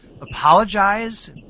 apologize